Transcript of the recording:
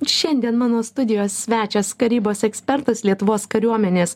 šiandien mano studijos svečias karybos ekspertas lietuvos kariuomenės